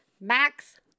Max